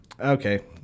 Okay